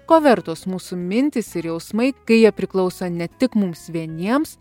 ko vertos mūsų mintys ir jausmai kai jie priklauso ne tik mums vieniems